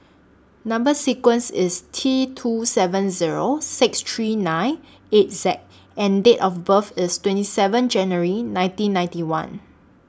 Number sequence IS T two seven Zero six three nine eight Z and Date of birth IS twenty seven January nineteen ninety one